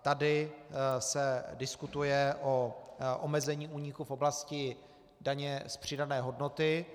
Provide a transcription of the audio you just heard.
Tady se diskutuje o omezení úniku v oblasti daně z přidané hodnoty.